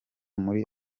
muri